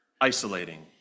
isolating